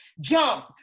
jump